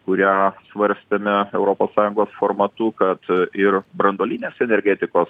kurią svarstėme europos sąjungos formatu kad ir branduolinės energetikos